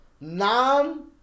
Non-